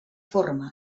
forma